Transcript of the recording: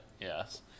yes